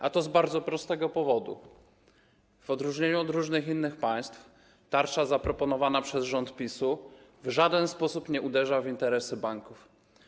A to z bardzo prostego powodu: w odróżnieniu od różnych innych państw tarcza zaproponowana przez rząd PiS-u w żaden sposób nie uderza w interesy banków.